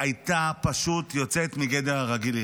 הייתה פשוט יוצאת מגדר הרגיל.